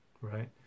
right